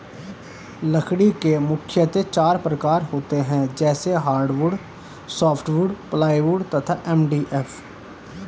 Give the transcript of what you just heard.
लकड़ी के मुख्यतः चार प्रकार होते हैं जैसे हार्डवुड, सॉफ्टवुड, प्लाईवुड तथा एम.डी.एफ